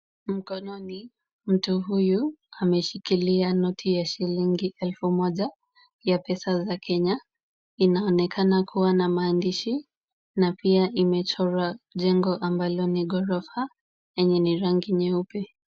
Mkononi, mtu huyu ameshikilia noti ya shilingi elfu moja ya pesa za Kenya. Inaonekana kuwa na maandishi na pia imechorwa jengo ambalo ni ghorofa lenye ni rangi nyeupe.